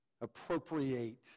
appropriate